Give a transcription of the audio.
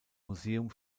museum